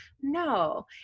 No